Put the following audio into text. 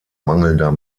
mangelnder